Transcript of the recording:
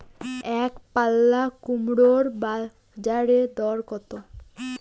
একপাল্লা কুমড়োর বাজার দর কত?